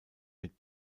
mit